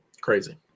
Crazy